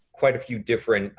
quite a few different,